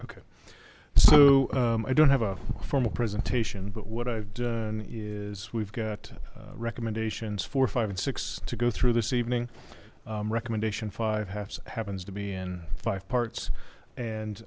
okay so i don't have a formal presentation but what i've done is we've got recommendations four or five and six to go through this evening recommendation five have happens to be in five parts and